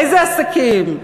לאיזה עסקים?